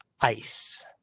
ice